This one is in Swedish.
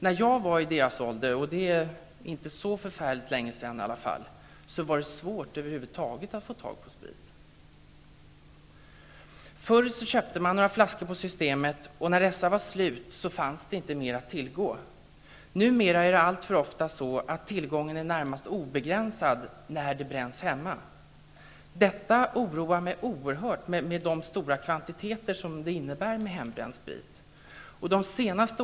När jag var i deras ålder -- det är inte så länge sedan -- var det över huvud taget svårt att få tag i sprit. Förr köpte man några flaskor på systembolaget, och när dessa var tömda fanns det ingen mer sprit att tillgå. Numera är det alltför ofta så att tillgången i det närmaste är obegränsad, eftersom det bränns hemma. Detta förhållande oroar mig oerhört med tanke på de stora kvantiteter som det innebär med hembränd sprit.